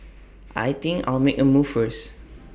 I think I'll make A move first